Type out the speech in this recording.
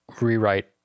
rewrite